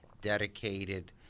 dedicated